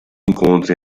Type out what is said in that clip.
incontri